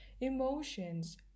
Emotions